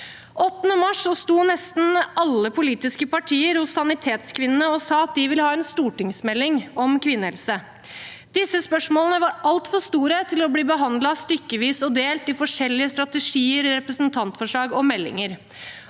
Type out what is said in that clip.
8. mars sto nesten alle politiske partier hos Sanitetskvinnene og sa at de ville ha en stortingsmelding om kvinnehelse. Disse spørsmålene var altfor store til å bli behandlet stykkevis og delt i forskjellige strategier, representantforslag og meldinger,